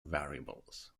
variables